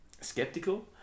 skeptical